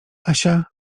asia